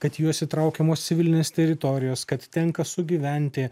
kad į juos įtraukiamos civilinės teritorijos kad tenka sugyventi